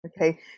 Okay